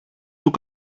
του